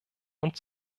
und